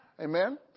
Amen